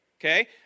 Okay